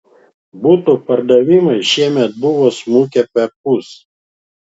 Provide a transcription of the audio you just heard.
butų pardavimai šiemet buvo smukę perpus